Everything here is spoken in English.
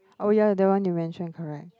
oh ya the one you mentioned correct